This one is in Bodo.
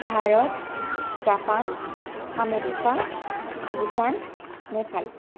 Bharat Japan America Bhutan Nepal